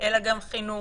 אלא גם חינוך,